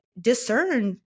discern